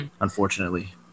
Unfortunately